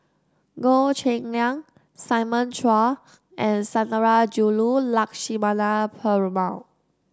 Goh Cheng Liang Simon Chua and Sundarajulu Lakshmana Perumal